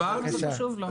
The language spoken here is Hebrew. כמה זה חשוב לו.